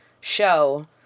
show